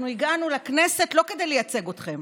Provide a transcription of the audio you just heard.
אנחנו הגענו לכנסת לא כדי לייצג אתכם,